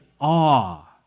awe